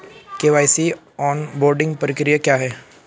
KYC onboarding प्रक्रिया क्या है?